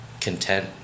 content